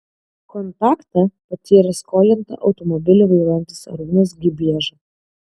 kontaktą patyrė skolinta automobilį vairuojantis arūnas gibieža